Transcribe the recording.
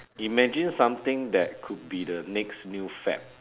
imagine something that could be the next new fad